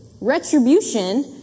retribution